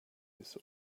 this